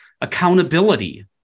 accountability